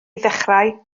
ddechrau